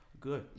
good